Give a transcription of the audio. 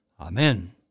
Amen